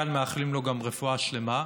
שמכאן מאחלים לו גם רפואה שלמה,